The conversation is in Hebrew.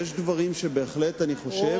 יש דברים שאני בהחלט חושב,